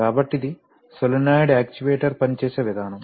కాబట్టి ఇది solenoid actuator పనిచేసే విధానం